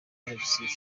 alexis